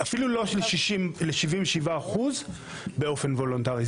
אפילו לא ל-77% באופן וולונטרי.